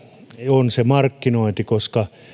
on se markkinointi koska